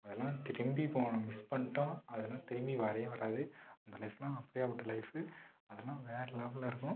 அதெலாம் திரும்பி போகணும் மிஸ் பண்ணிட்டோம் அதெலாம் திரும்பி வரயே வராது அந்த லைஃப்லாம் அப்படியாப்பட்ட லைஃபு அதெலாம் வேற லெவலில் இருக்கும்